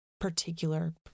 particular